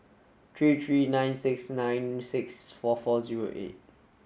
three three nine six nine six four four zero eight